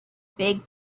big